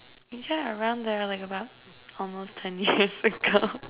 you had around there are like about almost ten years ago